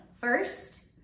first